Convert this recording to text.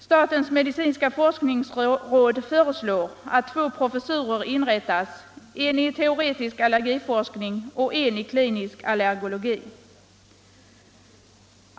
Statens medicinska forskningsråd föreslår att två professurer inrättas, en i teoretisk allergiforskning och en i klinisk allergologi.